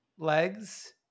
Legs